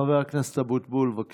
חבר הכנסת אבוטבול, בבקשה.